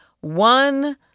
One